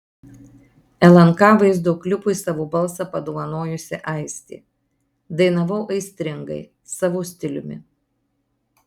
lnk vaizdo klipui savo balsą padovanojusi aistė dainavau aistringai savo stiliumi